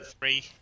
three